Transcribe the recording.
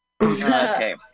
Okay